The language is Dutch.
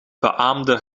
beaamde